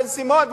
בן-סימון,